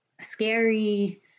scary